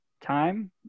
time